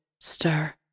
stir